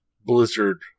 blizzard